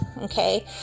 okay